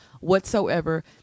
whatsoever